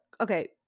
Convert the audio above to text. Okay